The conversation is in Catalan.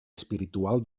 espiritual